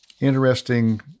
interesting